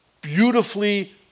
beautifully